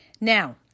Now